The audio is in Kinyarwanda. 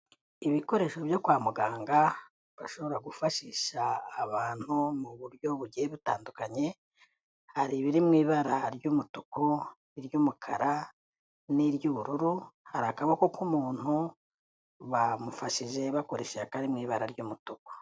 ibikoresho byo kwa muganga bashobora gufashisha abantu mu buryo bugiye butandukanye, hari ibiri mw'ibara ry'umutuku, iry'umukara n'iry'ubururu. Hari akaboko k'umuntu, bamufashije bakoresheje akari mw'ibara ry'umutuku.